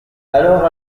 arrive